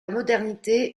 modernité